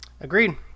Agreed